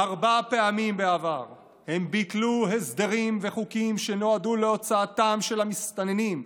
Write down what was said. ארבע פעמים בעבר הם ביטלו הסדרים וחוקים שנועדו להוצאתם של המסתננים,